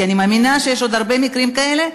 כי אני מאמינה שיש עוד הרבה מקרים כאלה,